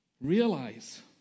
realize